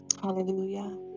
Hallelujah